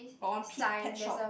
got one Pete's pet shop